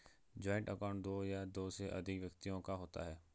joint account दो या दो से अधिक व्यक्तियों का होता है